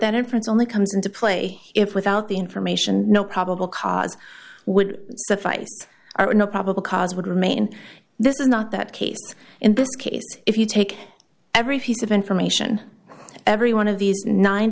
that inference only comes into play if without the information no probable cause would suffice are not probable cause would remain this is not that case in this case if you take every piece of information every one of these nine